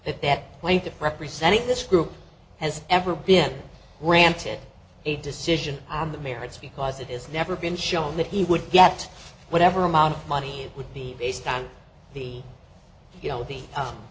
plaintiff representing this group has ever been granted a decision on the merits because it is never been shown that he would get whatever amount of money it would be based on the you know the